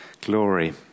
glory